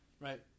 Right